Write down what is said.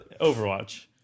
Overwatch